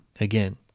again